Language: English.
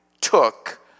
took